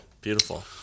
beautiful